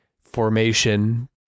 formation